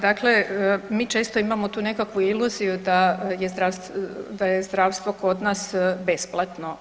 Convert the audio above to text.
Dakle, mi često imamo tu nekakvu iluziju da je zdravstvo kod nas besplatno.